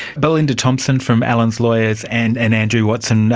belinda thompson from allens lawyers, and and andrew watson,